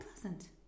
pleasant